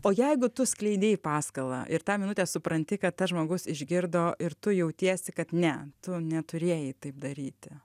o jeigu tu skleidei paskalą ir tą minutę supranti kad tas žmogus išgirdo ir tu jautiesi kad ne tu neturėjai taip daryti